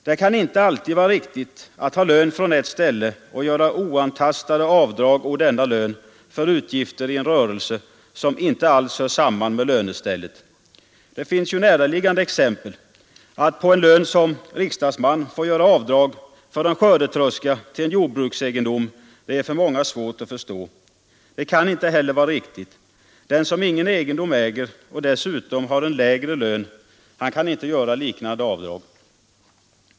Det kan inte alltid vara riktigt att ha lön från ett ställe och göra oantastade avdrag från denna lön för utgifter i en rörelse som inte alls hört samman med lönestället. Det finns ju näraliggande exempel. Att man på en lön som riksdagsman får göra avdrag för en skördetröska till en jordbruksegendom är för många svårt att förstå. Det kan inte heller vara riktigt. Den som ingen egendom äger och dessutom har en lägre lön kan inte göra liknande avdrag.